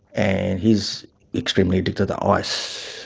and he is extremely addicted to ice,